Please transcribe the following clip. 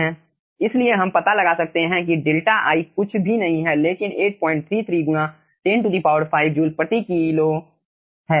इसलिए हम पता लगा सकते हैं कि डेल्टा i कुछ भी नहीं है लेकिन 833 गुणा 105 जूल प्रति किलो JKg है